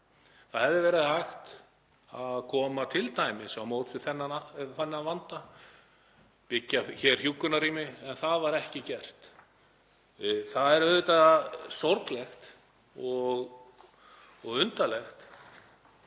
Það hefði verið hægt að koma t.d. til móts við þennan vanda, byggja hér hjúkrunarrými en það var ekki gert. Það er auðvitað sorglegt og undarlegt